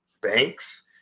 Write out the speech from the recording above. banks